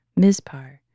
Mizpar